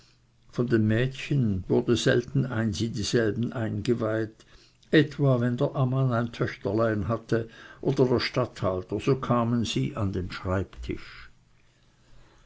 von den mädchen wurde selten eins in dieselben eingeweiht etwa wenn der ammann ein töchterlein hatte oder der statthalter so kamen sie an den schreibtisch